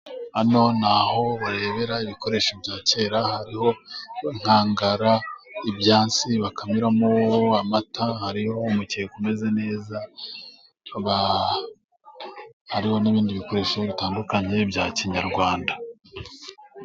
Hano ni aho barebera ibikoresho bya kera hariho: inkangara, ibyansi bakamiramo amata, hariho umukeka umeze neza, hariho n'ibindi bikoresho bitandukanye bya kinyarwanda.